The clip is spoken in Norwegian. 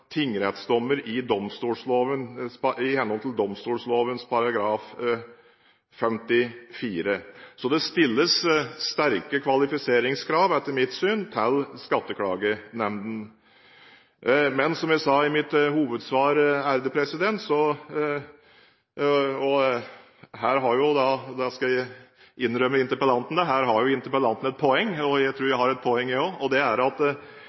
tingrettsdommer i henhold til domstolloven § 54. Så det stilles etter mitt syn sterke kvalifiseringskrav til skatteklagenemndene. Som jeg sa i mitt hovedsvar, skal jeg innrømme interpellanten et poeng, og jeg tror at jeg også har et poeng. Det er at